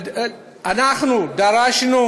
ואנחנו דרשנו